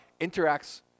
interacts